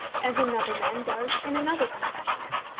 as another man does in another profession.